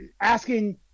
asking